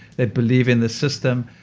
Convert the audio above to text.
they believe in the system.